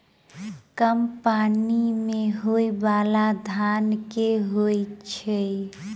कम पानि मे होइ बाला धान केँ होइ छैय?